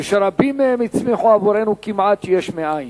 ורבים מהם הצמיחו עבורנו כמעט יש מאין?